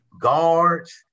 guards